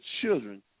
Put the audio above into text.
children